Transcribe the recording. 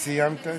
סיימת?